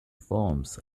forms